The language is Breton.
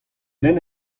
den